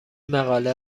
مقاله